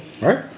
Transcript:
Right